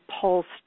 pulsed